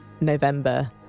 November